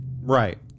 right